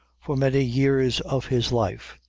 for many years of his life,